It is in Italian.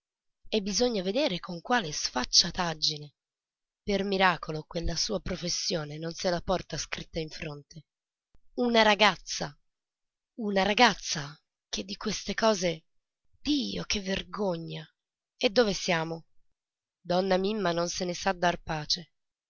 e bisogna vedere con quale sfacciataggine per miracolo quella sua professione non se la porta scritta in fronte una ragazza una ragazza che di queste cose dio che vergogna e dove siamo donna mimma non se ne sa dar pace